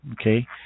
okay